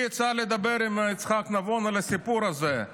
לי יצא לדבר עם יצחק נבון על הסיפור הזה: